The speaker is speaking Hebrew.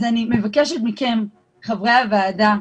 אני מבקשת מכן, חברי הוועדה,